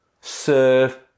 Serve